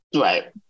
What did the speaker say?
Right